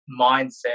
mindset